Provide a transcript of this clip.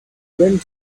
went